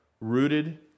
rooted